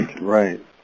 Right